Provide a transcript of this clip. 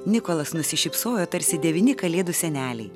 nikolas nusišypsojo tarsi devyni kalėdų seneliai